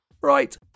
Right